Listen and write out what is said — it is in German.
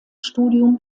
studium